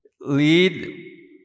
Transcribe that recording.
Lead